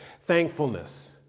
thankfulness